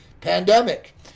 pandemic